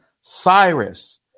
Cyrus